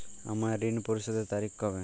আমার ঋণ পরিশোধের তারিখ কবে?